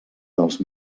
dels